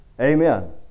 Amen